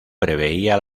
preveía